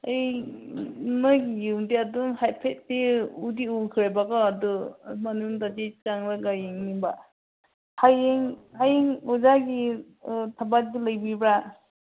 ꯑꯩ ꯅꯣꯏꯒꯤ ꯌꯨꯝꯗꯤ ꯑꯗꯨꯝ ꯍꯥꯏꯐꯦꯠꯇꯤ ꯎꯗꯤ ꯎꯈ꯭ꯔꯦꯕ ꯀꯣ ꯑꯗꯨ ꯃꯅꯨꯡꯗꯗꯤ ꯆꯪꯂꯒ ꯌꯦꯡꯅꯤꯡꯕ ꯍꯌꯦꯡ ꯍꯌꯦꯡ ꯑꯣꯖꯥꯒꯤ ꯊꯕꯛꯀ ꯂꯩꯕꯤꯕ꯭ꯔ